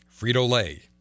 Frito-Lay